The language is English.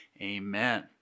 amen